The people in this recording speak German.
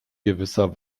gewisser